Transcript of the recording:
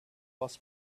was